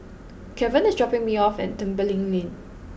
Kevan is dropping me off at Tembeling Lane